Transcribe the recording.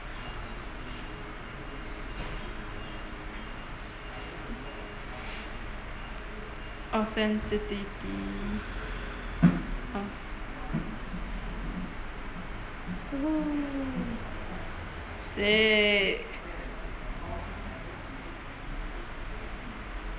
authenticity oh !woohoo! sick